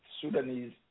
Sudanese